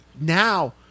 Now